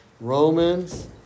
Romans